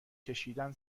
کشیدن